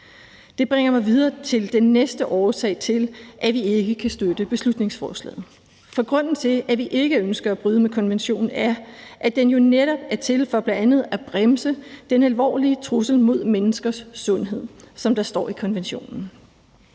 Det bringer mig videre til den næste årsag til, at vi ikke kan støtte beslutningsforslaget. For grunden til, at vi ikke ønsker at bryde med konventionen, er, at den jo netop er til for bl.a. at bremse den alvorlig trussel mod menneskers sundhed, som der står i konventionen.